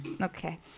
Okay